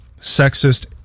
sexist